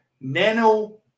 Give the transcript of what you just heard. nano